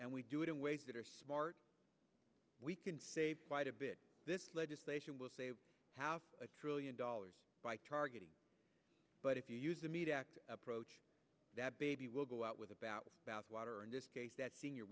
and we do it in ways that are smart we can save quite a bit this legislation will save half a trillion dollars by targeting but if you use the meat act approach that baby will go out with about bathwater in this case that senior